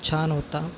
छान होता